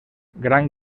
gran